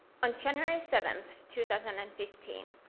on january seventh, two thousand and fifteen,